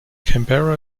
canberra